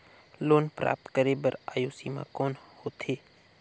Loan प्राप्त करे बर आयु सीमा कौन होथे?